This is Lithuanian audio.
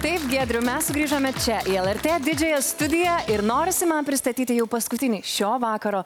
taip giedriau mes sugrįžome čia į lrt didžiąją studiją ir norisi man pristatyti jau paskutinį šio vakaro